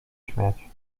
śmiać